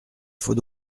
faut